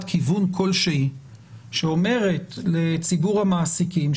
כיוון כלשהי שאומרת לציבור המעסיקים,